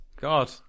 God